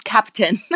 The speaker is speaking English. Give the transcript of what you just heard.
Captain